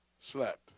slept